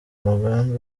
umugambi